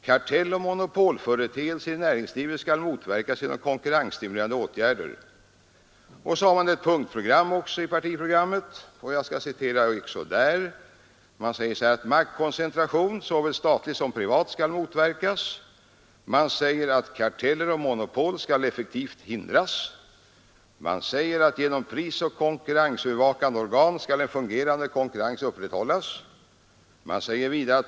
Kartelloch monopolföreteelser i näringslivet skall motverkas genom konkurrensstimulerande åtgärder.” Man har också ett punktprogram i partiprogrammet, och jag skall citera även det. Det heter: ”Maktkoncentration såväl statlig som privat, skall motverkas. Karteller och monopol skall effektivt hindras. Genom prisoch konkurrensövervakande organ skall en fungerande konkurrens upprätthållas.